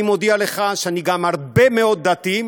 אני מודיע לך שגם הרבה מאוד דתיים,